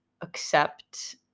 accept